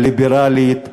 הליברלית,